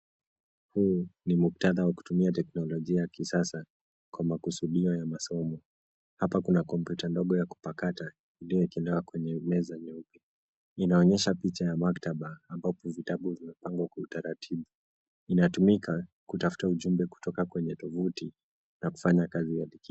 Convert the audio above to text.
Huu ni muktadha wa kutumia teknolojia ya kisaa kwa makusudio ya masomo. Hapa kuna kompyuta ndogo ya kupakata iliyowekelewa kwenye meza nyeupe. Inaonyesha picha ya maktaba ambapo vitabu vimepangwa kwa utaratibu. Inatumika kutafuta ujumbe kutoka kwenye tovuti na kufanya kazi ya dijitali.